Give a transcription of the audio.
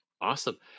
awesome